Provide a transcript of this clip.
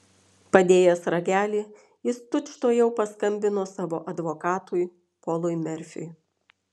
padėjęs ragelį jis tučtuojau paskambino savo advokatui polui merfiui